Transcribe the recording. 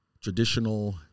traditional